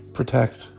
protect